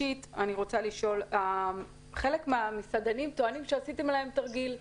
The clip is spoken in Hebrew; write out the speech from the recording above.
אני רוצה לשאול: חלק מהמסעדנים טוענים שעשיתם להם תרגיל.